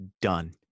done